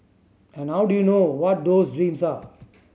and how do you know what those dreams are